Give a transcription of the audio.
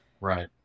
Right